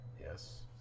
Yes